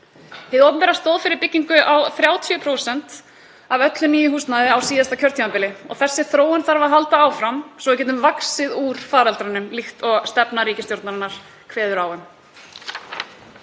Hið opinbera stóð fyrir byggingu á 30% af öllu nýju húsnæði á síðasta kjörtímabili og þessi þróun þarf að halda áfram svo við getum vaxið út úr faraldrinum líkt og stefna ríkisstjórnarinnar kveður á um.